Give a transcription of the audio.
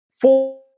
Four